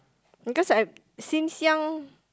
because I since young